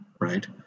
right